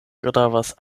gravas